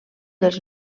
dels